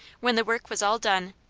when the work was all done,